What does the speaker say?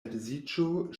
edziĝo